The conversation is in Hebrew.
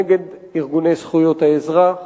נגד ארגוני זכויות האזרח,